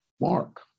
Mark